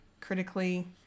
critically